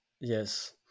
Yes